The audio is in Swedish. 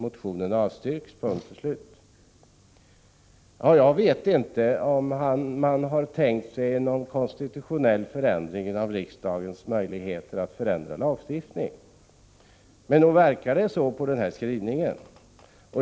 Motionen avstyrks.” Punkt och slut. Jag vet inte om man har tänkt sig någon konstitutionell förändring i riksdagens möjligheter att ändra en lagstiftning, men nog verkar det så på den här skrivningen.